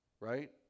right